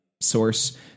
source